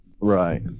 Right